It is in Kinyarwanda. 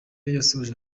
yasoje